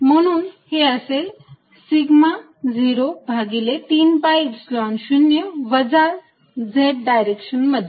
म्हणून हे असेल सिग्मा 0 भागिले 3 Epsilon 0 वजा z डायरेक्शन मध्ये